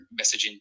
messaging